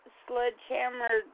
sledgehammer